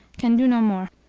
can do no more.